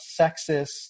sexist